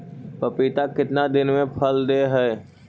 पपीता कितना दिन मे फल दे हय?